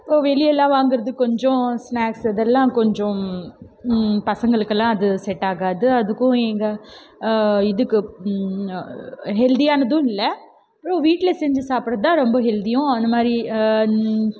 இப்போ வெளியெல்லாம் வாங்குவதற்கு கொஞ்சம் ஸ்னாக்ஸ் இதெல்லாம் கொஞ்சம் பசங்களுக்குலாம் அது செட் ஆகாது அதுக்கும் எங்கள் இதுக்கு ஹெல்த்தியானதும் இல்லை அப்புறம் வீட்டில் செஞ்சு சாப்பிடுறது தான் ரொம்ப ஹெல்த்தியும் அந்த மாதிரி